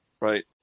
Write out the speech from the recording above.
right